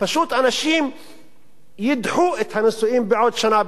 פשוט אנשים ידחו את הנישואים בעוד שנה,